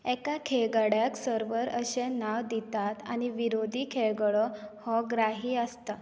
एका खेळगड्याक सर्वर अशें नांव दितात आनी विरोधी खेळगडो हो ग्राही आसता